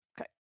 Okay